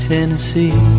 Tennessee